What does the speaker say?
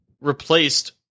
replaced